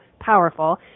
powerful